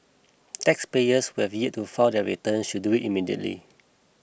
taxpayers who have yet to file their return should do immediately